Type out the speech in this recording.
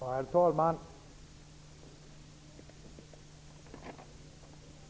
Herr talman!